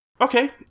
Okay